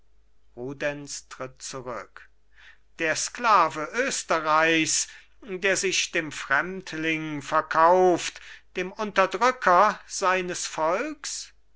der sklave österreichs der sich dem fremdling verkauft dem unterdrücker seines volks